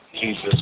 Jesus